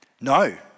No